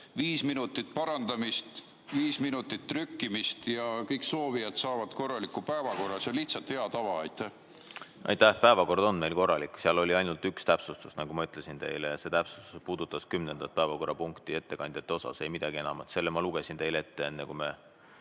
viis minutit parandamist, viis minutit trükkimist ja kõik soovijad saavad korraliku päevakorra. See on lihtsalt hea tava. Aitäh! Päevakord on meil korralik, seal oli ainult üks täpsustus, nagu ma ütlesin. See täpsustus puudutas kümnendat päevakorrapunkti ettekandjate osas, ei midagi enamat. Selle ma lugesin teile ette, enne kui